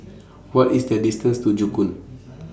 What IS The distance to Joo Koon